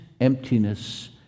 emptiness